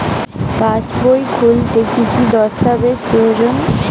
পাসবই খুলতে কি কি দস্তাবেজ প্রয়োজন?